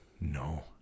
No